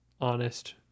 honest